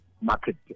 market